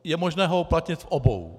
Je možné ho uplatnit v obou.